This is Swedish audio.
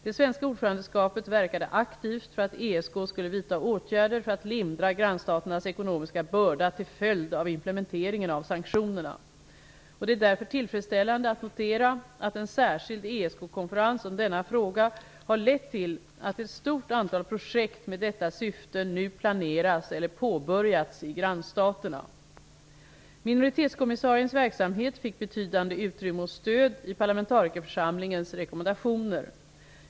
Det svenska ordförandeskapet verkade aktivt för att ESK skulle vidta åtgärder för att lindra grannstaternas ekonomiska börda till följd av implementeringen av sanktionerna. Det är därför tillfredsställande att notera att en särskild ESK-konferens om denna fråga har lett till att ett stort antal projekt med detta syfte nu planeras eller påbörjats i grannstaterna. Minoritetskommissariens verksamhet fick betydande utrymme och stöd i parlamentarikerförsamlingens rekommendationer.